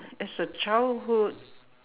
as a childhood